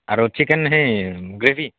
আৰু চিকেন সেই গ্ৰেভি